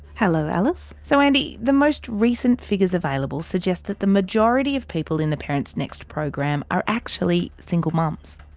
hello alice. so andy, the most recent figures available suggest that the majority of people in the parentsnext program are actually single mums.